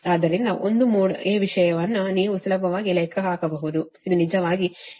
ಆದ್ದರಿಂದ ಒಂದು mode A ವಿಷಯವನ್ನು ನೀವು ಸುಲಭವಾಗಿ ಲೆಕ್ಕ ಹಾಕಬಹುದು ಇದು ನಿಜವಾಗಿ A 1ZY2 ಗೆ ಸಮಾನವಾಗಿರುತ್ತದೆ